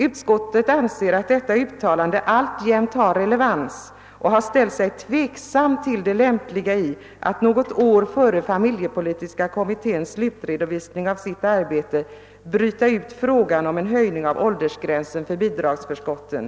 Utskottet anser att detta uttalande alltjämt har relevans och har ställt sig tveksamt till det lämpliga i att något år före familjepolitiska kommitténs slutredovisning av sitt arbete bryta ut frågan om en höjrning av åldersgränsen för bidragsförskotten.